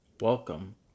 Welcome